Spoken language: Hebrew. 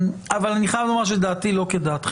אבל אני חייב לומר שדעתי לא כדעתכם.